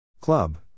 Club